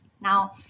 Now